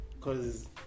cause